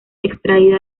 extraída